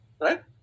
Right